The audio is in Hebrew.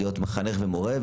להיות מחנך ומורה,